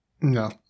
No